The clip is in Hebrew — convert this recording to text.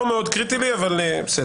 טוב, לא מאוד קריטי לי, אבל בסדר.